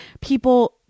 People